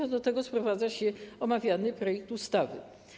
A do tego sprowadza się omawiany projekt ustawy.